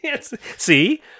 See